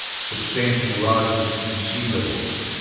substantial rises in sea levels,